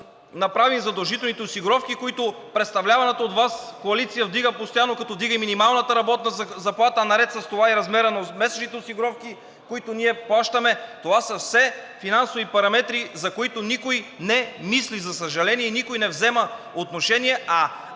направим, задължителните осигуровки, които представляваната от Вас коалиция вдига постоянно, като вдига минималната работна заплата, а наред с това и размера на месечните осигуровки, които ние плащаме – това са все финансови параметри, за които никой не мисли, за съжаление, и никой не взема отношение, а